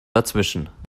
dazwischen